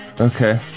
Okay